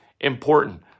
important